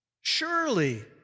Surely